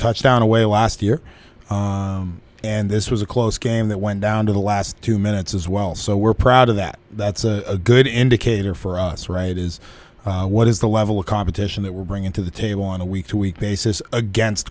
touchdown away last year and this was a close game that went down to the last two minutes as well so we're proud of that that's a good indicator for us right is what is the level of competition that we're bringing to the table on a week to week basis against